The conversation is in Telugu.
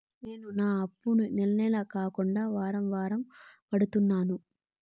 నేను నా అప్పుని నెల నెల కాకుండా వారం వారం కడుతున్నాను